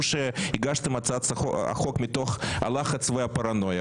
שהגשתם את הצעת החוק מתוך הלחץ והפרנויה,